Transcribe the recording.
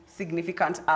significant